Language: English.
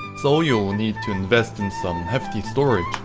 so you'll need to invest in some hefty storage